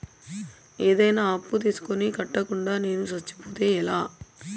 ఏదైనా అప్పు తీసుకొని కట్టకుండా నేను సచ్చిపోతే ఎలా